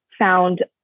found